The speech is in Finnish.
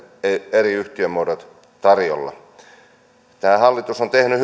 eri yhtiömuodot tarjolla tämä hallitus on tehnyt